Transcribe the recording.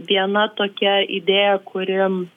viena tokia idėja kuri